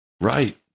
Right